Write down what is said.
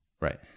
Right